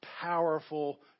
powerful